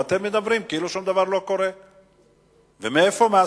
ואתם מדברים כאילו שום דבר לא קורה.